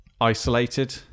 isolated